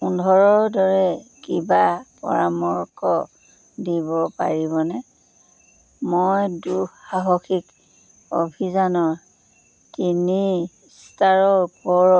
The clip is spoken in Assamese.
পোন্ধৰৰ দৰে কিবা পৰামৰ্শ দিব পাৰিবনে মই দুঃসাহসিক অভিযানৰ তিনি ষ্টাৰৰ ওপৰৰ